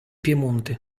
piemonte